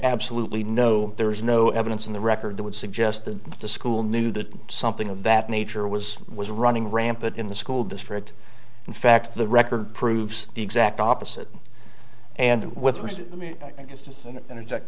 absolutely no there is no evidence in the record that would suggest that the school knew that something of that nature was was running rampant in the school district in fact the record proves the exact opposite and w